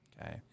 Okay